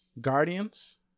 Guardians